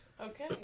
Okay